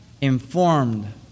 informed